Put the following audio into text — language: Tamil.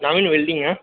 யாமினி வெல்டிங்கா